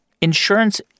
insurance